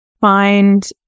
find